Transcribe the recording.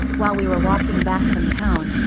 while we were walking back from town,